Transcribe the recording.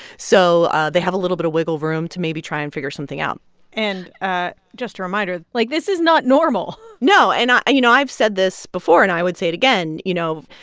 so they have a little bit of wiggle room to maybe try and figure something out and ah just a reminder like, this is not normal no. and you know, i've said this before, and i would say it again you know,